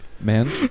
man